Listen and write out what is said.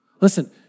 Listen